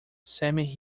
semi